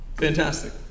fantastic